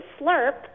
slurp